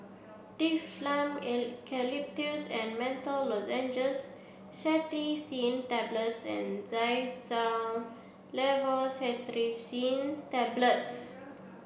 Difflam Eucalyptus and Menthol Lozenges Cetirizine Tablets and Xyzal Levocetirizine Tablets